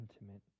intimate